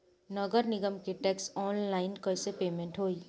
नगर निगम के टैक्स ऑनलाइन कईसे पेमेंट होई?